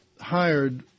hired